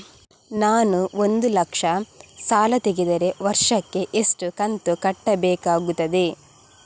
ನಾನು ಒಂದು ಲಕ್ಷ ಸಾಲ ತೆಗೆದರೆ ವರ್ಷಕ್ಕೆ ಎಷ್ಟು ಕಂತು ಕಟ್ಟಬೇಕಾಗುತ್ತದೆ?